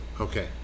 Okay